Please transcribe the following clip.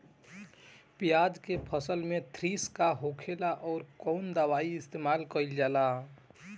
प्याज के फसल में थ्रिप्स का होखेला और कउन दवाई इस्तेमाल कईल जाला?